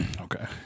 Okay